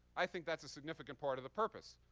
i think that's significant part of the purpose.